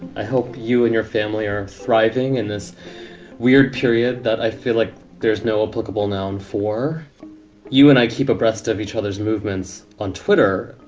i hope you and your family are thriving in this weird period that i feel like there's no applicable now for you and i keep abreast of each other's movements on twitter.